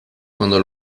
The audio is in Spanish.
cuando